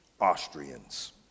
Austrians